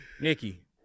nikki